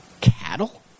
Cattle